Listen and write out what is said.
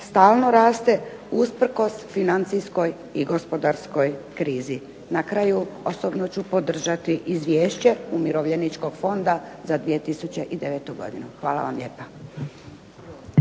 stalno raste usprkos financijskoj i gospodarskoj krizi. Na kraju, osobno ću podržati Izvješće Umirovljeničkog fonda za 2009. godinu. Hvala vam lijepa.